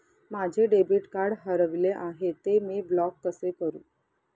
माझे debit card हरविले आहे, ते मी ब्लॉक कसे करु?